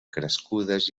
crescudes